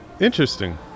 Interesting